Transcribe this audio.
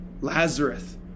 Lazarus